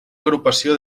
agrupació